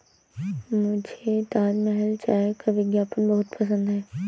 मुझे ताजमहल चाय का विज्ञापन बहुत पसंद है